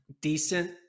decent